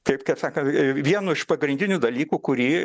kaip kaip sakant vienu iš pagrindinių dalykų kurį